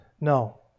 No